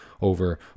over